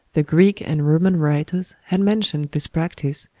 the greek and roman writers had mentioned this practice,